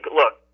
look